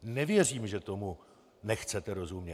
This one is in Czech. Nevěřím, že tomu nechcete rozumět.